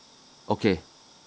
okay